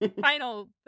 final